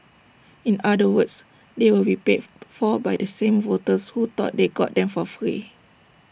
in other words they will be paid for by the same voters who thought they got them for free